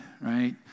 right